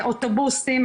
אוטובוסים,